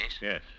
Yes